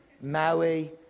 Maui